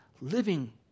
living